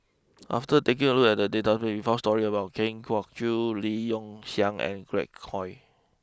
after taking a look at the database we found stories about Kwa Geok Choo Lim Yong Liang and Glen Goei